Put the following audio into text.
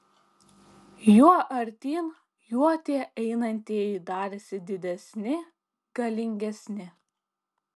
juo artyn juo tie einantieji darėsi didesni galingesni